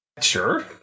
Sure